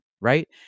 right